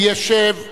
ישב במקומו.